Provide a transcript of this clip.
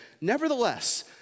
Nevertheless